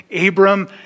Abram